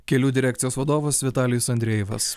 kelių direkcijos vadovas vitalijus andrejevas